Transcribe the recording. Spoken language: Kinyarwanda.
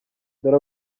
dore